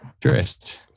dressed